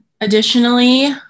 Additionally